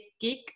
geek